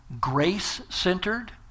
grace-centered